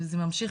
וזה ממשיך,